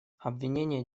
обвинение